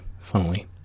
funnily